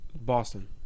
Boston